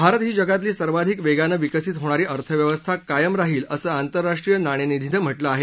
भारत ही जगातली सर्वाधिक वेगानं विकसित होणारी अर्थव्यवस्था कायम राहील असं आंतरराष्ट्रीय नाणेनिधीनं म्हटलं आहे